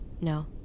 No